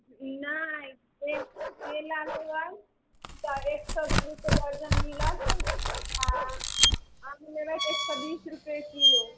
नहि सेब केला लेबै तऽ एक सए रूपैये दर्जन मिलत आओर आम लेबै तऽ एक सए बीस रूपैये किलो